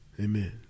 Amen